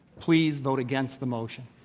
please vote against the motion.